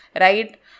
Right